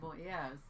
yes